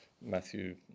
Matthew